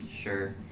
Sure